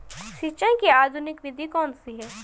सिंचाई की आधुनिक विधि कौनसी हैं?